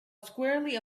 squarely